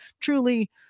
truly